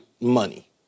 money